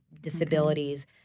disabilities